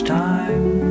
time